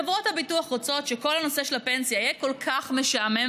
חברות הביטוח רוצות שכל הנושא של הפנסיה יהיה כל כך משעמם